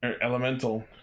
Elemental